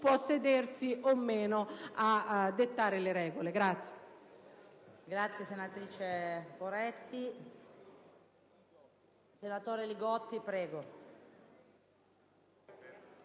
può sedersi o meno a dettare le regole. [LI